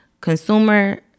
Consumer